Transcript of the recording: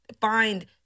find